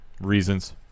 Reasons